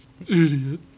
Idiot